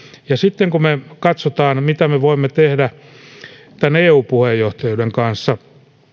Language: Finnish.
ja sitten kun me katsomme mitä me voimme tehdä tämän eu puheenjohtajuuden kanssa